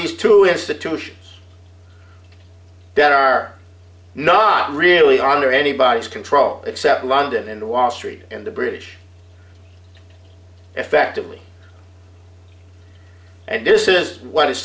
these two institutions that are not really are under anybody's control except london and wall street and the british effectively and this is what is